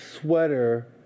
sweater